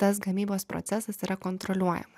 tas gamybos procesas yra kontroliuojamas